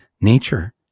nature